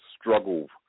struggle